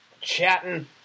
chatting